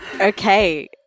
Okay